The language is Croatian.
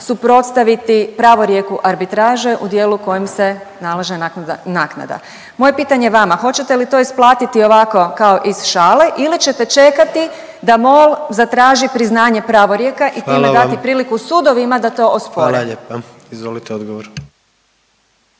suprotstaviti pravorijeku arbitraže u dijelu u kojem se nalaže naknada. Moje pitanje vama, hoćete li to isplatiti ovako kao iz šale ili ćete čekati da MOL zatraži priznanje pravorijeka …/Upadica predsjednik: Hvala vam./… i time dati